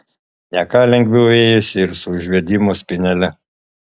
ne ką lengviau ėjosi ir su užvedimo spynele